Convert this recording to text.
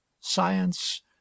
science